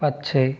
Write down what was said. पक्षी